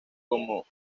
como